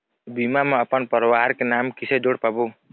बीमा म अपन परवार के नाम किसे जोड़ पाबो?